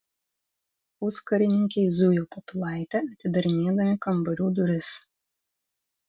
puskarininkiai zujo po pilaitę atidarinėdami kambarių duris